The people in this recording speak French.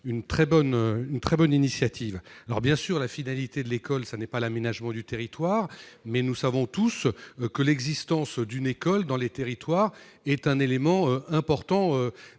donc très opportune. Bien sûr, la finalité de l'école n'est pas l'aménagement du territoire. Mais nous savons tous que l'existence d'une école dans les territoires est un élément important